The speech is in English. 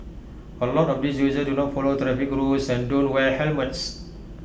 A lot of these users do not follow traffic rules and don't wear helmets